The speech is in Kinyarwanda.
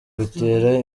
bitera